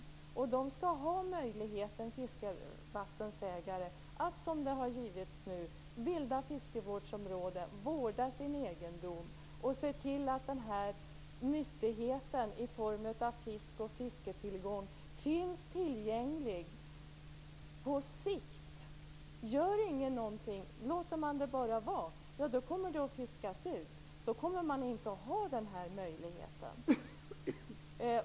Fiskevattensägare skall ha möjligheten att, som nu, bilda fiskevårdsområden, vårda sin egendom och se till att fisktillgången finns tillgänglig på sikt. Om ingen gör någonting och man bara låter det vara, kommer det att fiskas ut. Då kommer man inte att ha denna möjlighet.